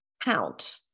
count